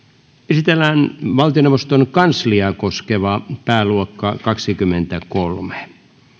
esitellään valtioneuvoston kansliaa koskeva pääluokka kaksikymmentäkolme